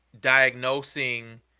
diagnosing